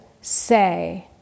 say